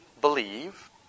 believe